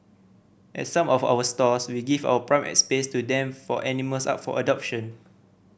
at some of our stores we give out prime space to them for animals up for adoption